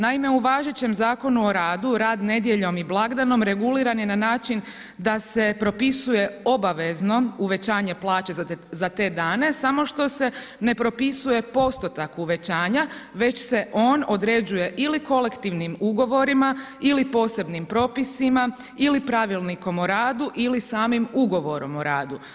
Naime, u važećem Zakonu o radu rad nedjeljom i blagdanom reguliran je na način da se propisuje obavezno uvećanje plaće za te dane samo što se ne propisuje postotak uvećanja, već se on određuje ili kolektivnim ugovorima ili posebnim propisima ili pravilnikom o radu ili samim ugovorom o radu.